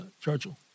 Churchill